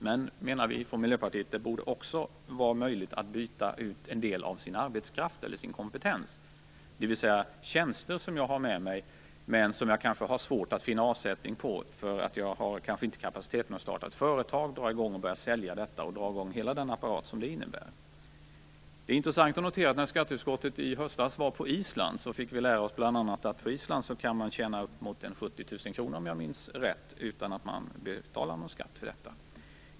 Men, menar vi från Miljöpartiet, det borde också vara möjligt att byta in en del av sin arbetskraft eller kompetens, dvs. tjänster som jag har med mig men som jag kanske har svårt att finna avsättning för. Kanske har jag inte kompetens att starta företag, att börja sälja och att dra i gång hela den apparat som det innebär. Det är intressant att notera att när vi i skatteutskottet i höstas var på Island fick vi lära oss att man där får tjäna upp till 70 000 kr, om jag minns rätt, utan att man behöver betala någon skatt för detta.